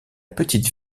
petite